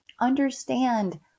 Understand